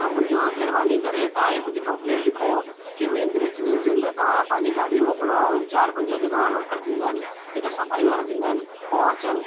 त मुंहिंजो महिरबानी करे तव्हां हे मुंहिंजी कम्पलेंट लिखो के मैंद्री किले जे अंदरि तव्हां पहिंजी गाॾी मोकिलियो ऐं चारि पंज जेका वर्कर थींदा आहिनि जेका सफाई वारा थींदा आहिनि हो अचनि